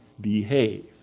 behave